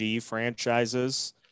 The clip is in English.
franchises